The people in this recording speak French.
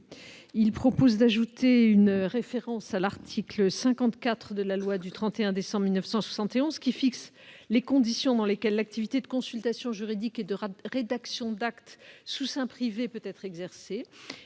à cet article une référence à l'article 54 de la loi du 31 décembre 1971, qui fixe les conditions dans lesquelles l'activité de consultation juridique et de rédaction d'actes sous seing privé peut être exercée.